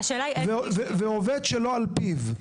ועובד שלא על פיו,